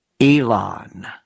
Elon